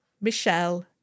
Michelle